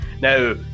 Now